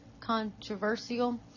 controversial